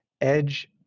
edge